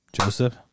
Joseph